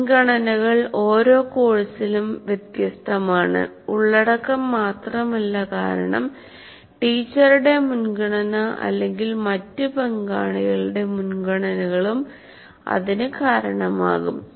മുൻഗണനകൾ ഒരോ കോഴ്സിലും വ്യത്യസ്തമാണ് ഉള്ളടക്കം മാത്രമല്ല കാരണം ടീച്ചറുടെ മുൻഗണന അല്ലെങ്കിൽ മറ്റ് പങ്കാളികളുടെ മുൻഗണനകളും അതിനു കാരണമാകും